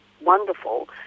wonderful